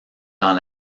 dans